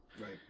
Right